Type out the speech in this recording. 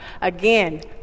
Again